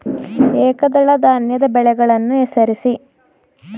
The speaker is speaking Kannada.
ಏಕದಳ ಧಾನ್ಯದ ಬೆಳೆಗಳನ್ನು ಹೆಸರಿಸಿ?